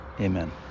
Amen